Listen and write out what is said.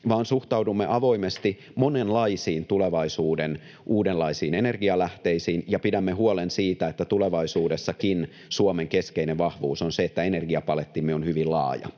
vaan suhtaudumme avoimesti monenlaisiin tulevaisuuden uudenlaisiin energialähteisiin ja pidämme huolen siitä, että tulevaisuudessakin Suomen keskeinen vahvuus on se, että energiapalettimme on hyvin laaja